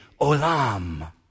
Olam